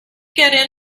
get